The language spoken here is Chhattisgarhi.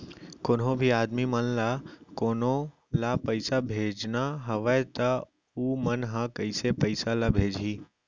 कोन्हों भी आदमी मन ला कोनो ला पइसा भेजना हवय त उ मन ह कइसे पइसा ला भेजही?